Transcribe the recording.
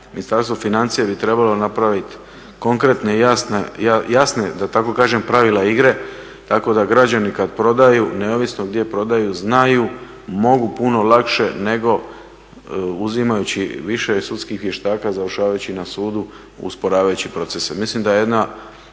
Ministarstvo financija bi trebalo napraviti konkretna i jasna da tako kažem pravila igre tako da građani kad prodaju neovisno gdje prodaju znaju i mogu puno lakše nego uzimajući više sudskih vještaka završavajući na sudu usporavajući procese.